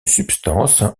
substance